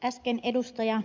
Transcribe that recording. äsken ed